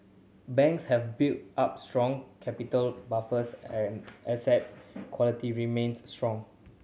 banks have built up strong capital buffers and assets quality remains strong